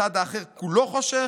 הצד האחר כולו חושך,